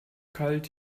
kalt